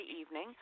evening